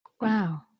Wow